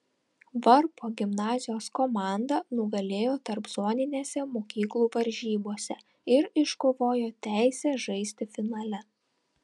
varpo gimnazijos komanda nugalėjo tarpzoninėse mokyklų varžybose ir iškovojo teisę žaisti finale